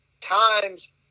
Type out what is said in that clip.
times